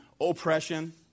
oppression